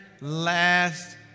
last